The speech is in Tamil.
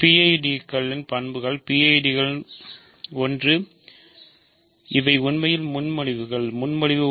PID களின் பண்புகள் PID களின் பண்புகள் ஒன்று இவை உண்மையில் முன்மொழிவுகள் முன்மொழிவு